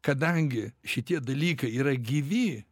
kadangi šitie dalykai yra gyvi